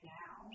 now